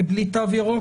בלי תו ירוק?